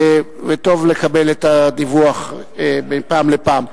טוב לקבל את הדיווח מפעם לפעם.